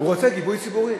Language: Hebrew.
הוא רוצה גיבוי ציבורי.